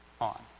on